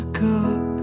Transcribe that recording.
cook